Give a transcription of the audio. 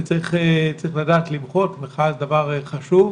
צריך לדעת למחות, מחאה זה דבר חשוב,